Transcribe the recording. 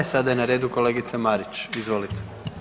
Sada je na redu kolegica Marić, izvolite.